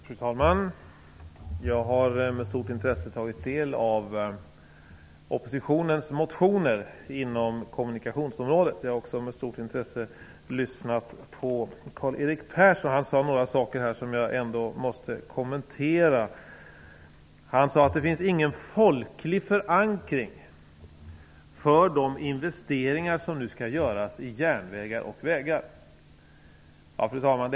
Fru talman! Jag har med stort intresse tagit del av oppositionens motioner på kommunikationsområdet. Jag har också med stort intresse lyssnat på Karl-Erik Persson, som sade några saker här som jag måste kommentera. Han sade att det inte finns någon folklig förankring beträffande de investeringar som nu skall göras i järnvägar och vägar. Fru talman!